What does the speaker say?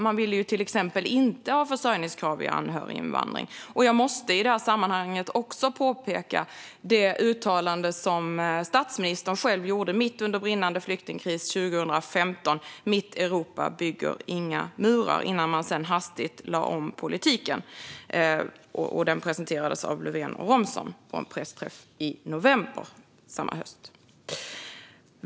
Man ville till exempel inte ha försörjningskrav i anhöriginvandringen. Jag måste i sammanhanget också peka på det uttalande som statsministern själv gjorde mitt under brinnande flyktingkris 2015: "Mitt Europa bygger inga murar." Sedan lade man hastigt om politiken, vilket presenterades av Löfven och Romson på en pressträff i november samma höst.